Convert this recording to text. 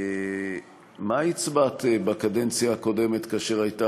מה הצבעת בקדנציה הקודמת כאשר הייתה